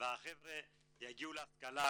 והחבר'ה יגיעו להשכלה